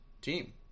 team